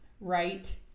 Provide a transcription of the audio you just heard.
right